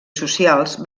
socials